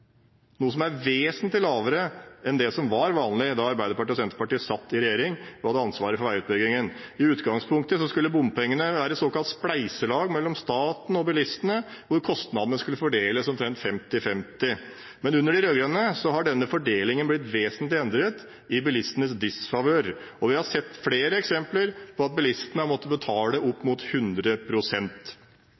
noe som er vesentlig lavere enn det som var vanlig da Arbeiderpartiet og Senterpartiet satt i regjering og hadde ansvaret for veiutbyggingen. I utgangspunktet skulle bompengene være et såkalt spleiselag mellom staten og bilistene, der kostnadene skulle fordeles omtrent 50–50. Men under de rød-grønne ble denne fordelingen vesentlig endret i bilistenes disfavør, og vi har sett flere eksempler på at bilistene har måttet betale opp mot